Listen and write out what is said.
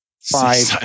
Five